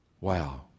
Wow